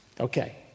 okay